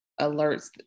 alerts